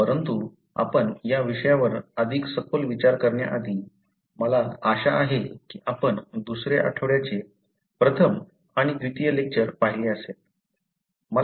आज आपण पेडीग्रीशी संबंधित काही समस्या सोडवणार आहोत परंतु आपण या विषयावर अधिक सखोल विचार करण्याआधी मला आशा आहे की आपण दुसऱ्या आठवड्याचे प्रथम आणि द्वितीय लेक्चर पाहिले असेल